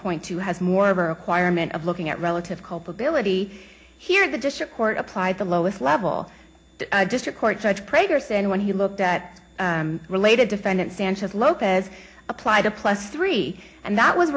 point two has more of a requirement of looking at relative culpability here the district court applied the lowest level a district court judge prager said and when he looked at related defendant sanchez lopez applied a plus three and that was